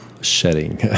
shedding